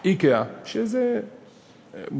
"איקאה" שזה כמובן,